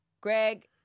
Greg